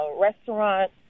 restaurant